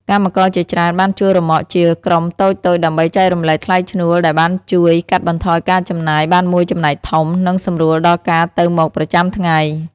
កម្មករជាច្រើនបានជួលរ៉ឺម៉កជាក្រុមតូចៗដើម្បីចែករំលែកថ្លៃឈ្នួលដែលបានជួយកាត់បន្ថយការចំណាយបានមួយចំណែកធំ និងសម្រួលដល់ការទៅមកប្រចាំថ្ងៃ។